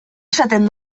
esaten